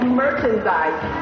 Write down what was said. merchandise